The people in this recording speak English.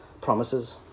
promises